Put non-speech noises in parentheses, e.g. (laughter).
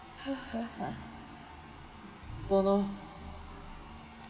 (laughs) don't know